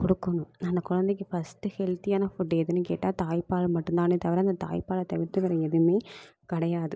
கொடுக்கணும் அந்த கொழந்தைக்கு ஃபஸ்ட்டு ஹெல்த்தியான ஃபுட்டு எதுன்னு கேட்டால் தாய்ப்பால் மட்டும்தானே தவிர அந்த தாய்ப்பாலை தவிர்த்து வேற எதுவும் கிடையாது